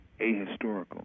ahistorical